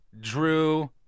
Drew